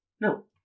No